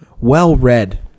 well-read